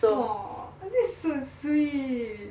oh that's so sweet